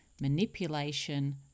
Manipulation